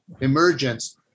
emergence